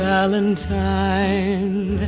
Valentine